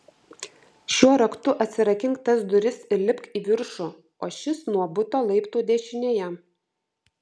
šiuo raktu atsirakink tas duris ir lipk į viršų o šis nuo buto laiptų dešinėje